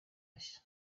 bashya